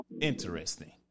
interesting